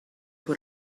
what